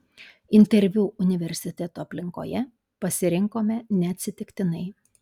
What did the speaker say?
interviu universiteto aplinkoje pasirinkome neatsitiktinai